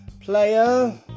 player